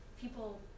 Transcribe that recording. people